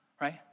right